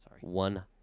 One